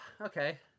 okay